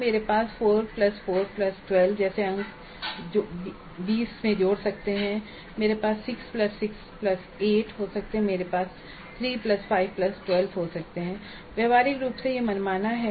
तो मेरे पास 4412जैसे अंक 20 में जोड़ सकते हैं या मेरे पास 668 सकते हैं या मेरे पास 3512हो सकते हैं व्यावहारिक रूप से यह मनमाना है